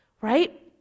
right